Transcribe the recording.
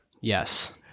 Yes